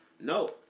No